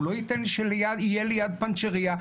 הוא לא ייתן שזה יהיה ליד פנצ'ריה.